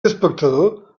espectador